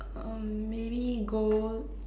um maybe go